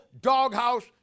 doghouse